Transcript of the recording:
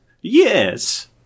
Yes